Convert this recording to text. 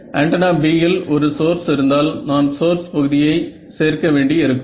antenna B இல் ஒரு source இருந்தால் நான் சோர்ஸ் பகுதியை சேர்க்க வேண்டி இருக்கும்